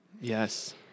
yes